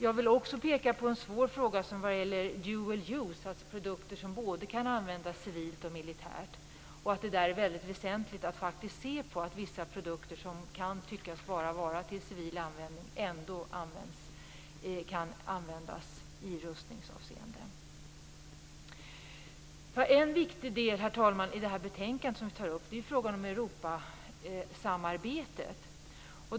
En annan svår fråga är detta med dual useprodukter, dvs. produkter som kan användas både civilt och militärt. Det är väsentligt att se att de produkter som kan tyckas vara för civil användning ändå kan användas i rustningsavseende. I betänkandet tar vi upp frågan om Europasamarbetet.